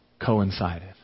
coincided